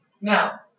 Now